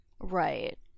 right